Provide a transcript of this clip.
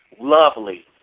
Lovely